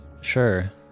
sure